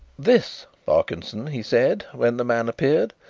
this, parkinson, he said, when the man appeared,